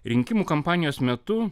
rinkimų kampanijos metu